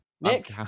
Nick